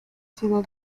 ciudad